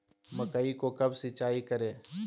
मकई को कब सिंचाई करे?